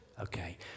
Okay